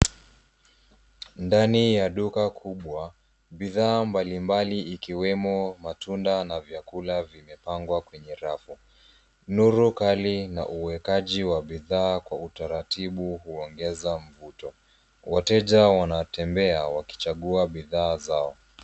Ndani ya duka kubwa, bidhaa mbalimbali ikiwemo matunda na vyakula vimepangwa kwenye rafu. Nuru kali na uwekaji wa bidhaa kwa utaratibu, huongeza mvuto. Wateja wanatembea walkichagua bidhaa zao.